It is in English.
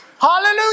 Hallelujah